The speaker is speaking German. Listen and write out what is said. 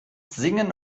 singen